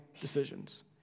decisions